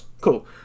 cool